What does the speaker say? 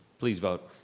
please vote.